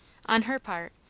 on her part,